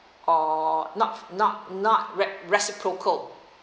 or not not not re~ reciprocal